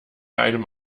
einem